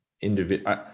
individual